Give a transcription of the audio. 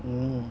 mm